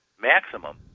maximum